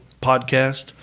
Podcast